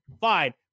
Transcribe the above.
fine